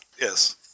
Yes